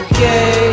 Okay